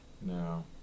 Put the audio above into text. no